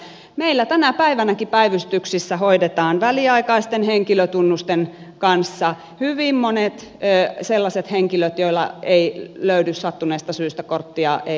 meillä tänä päivänäkin päivystyksissä hoidetaan väliaikaisten henkilötunnusten kanssa hyvin monet sellaiset henkilöt joilla ei löydy sattuneesta syystä korttia ei ole mukana